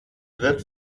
wird